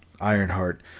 Ironheart